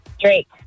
Drake